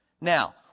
Now